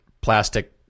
plastic